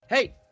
Hey